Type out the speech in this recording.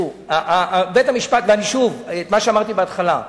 אני אומר שוב את מה שאמרתי בהתחלה: